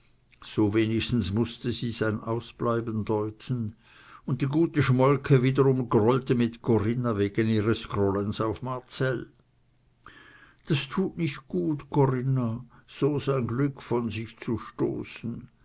so wenigstens mußte sie sein ausbleiben deuten und die gute schmolke wiederum grollte mit corinna wegen ihres grollens auf marcell das tut nicht gut corinna so sein glück von sich zu stoßen